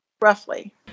roughly